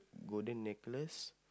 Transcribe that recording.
golden necklace